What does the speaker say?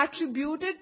attributed